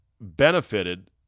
benefited